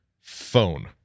Phone